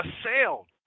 assailed